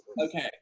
okay